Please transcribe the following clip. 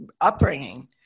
upbringing